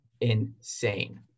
insane